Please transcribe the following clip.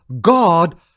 God